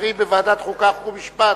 חברי בוועדת החוקה, חוק ומשפט,